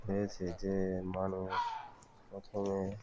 হয়েছে যে মানুষ প্রথমে